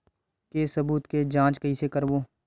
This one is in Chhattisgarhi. के सबूत के जांच कइसे करबो?